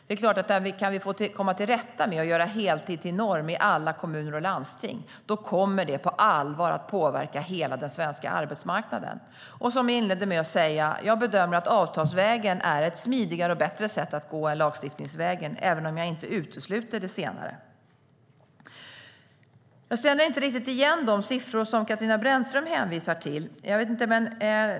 Det är klart att om vi kan komma till rätta med det och göra heltid till norm i alla kommuner och landsting, då kommer det på allvar att påverka hela den svenska arbetsmarknaden. Som jag inledde med att säga: Jag bedömer att avtalsvägen är en smidigare och bättre väg att gå än lagstiftningsvägen, även om jag inte utesluter det senare. Jag känner inte riktigt igen de siffror som Katarina Brännström hänvisar till.